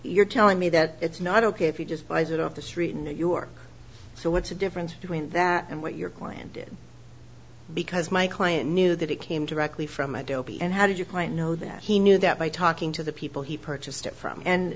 you're telling me that it's not ok if you just buys it off the street in new york so what's the difference between that and what your client did because my client knew that it came directly from adobe and how did your client know that he knew that by talking to the people he purchased it from and